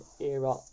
era